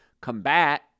combat